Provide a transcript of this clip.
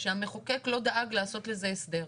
שהמחוקק לא דאג לעשות לזה הסדר.